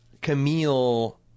Camille